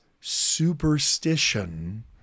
superstition